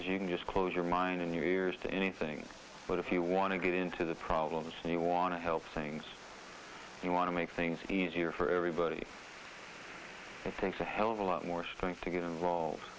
else you can just close your mind and your ears to anything but if you want to get into the problems you want to help things you want to make things easier for everybody thanks a helluva lot more strength to get involved